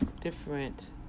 different